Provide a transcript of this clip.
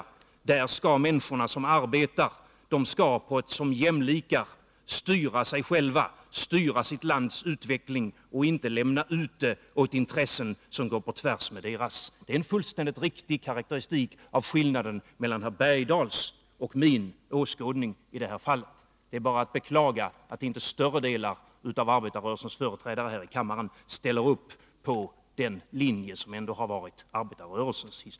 Där skall de arbetande människorna som jämlikar styra sig själva, styra sitt lands utveckling och inte lämna ut landet åt intressen som går på tvärs med deras. Det är alltså en fullständigt riktig karakteristik av skillnaden mellan herr Bergdahls och min åskådning i det här fallet. Det är bara att beklaga att inte större delar av arbetarrörelsens företrädare här i kammaren ställer upp på den linje som ändå historiskt har varit arbetarrörelsens.